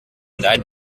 that